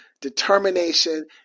determination